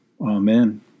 Amen